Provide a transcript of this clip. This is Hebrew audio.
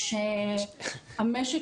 כל המשק